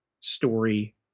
story